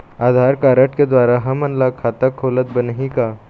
आधार card के द्वारा हमन ला खाता खोलत बनही का?